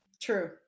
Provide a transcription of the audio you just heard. True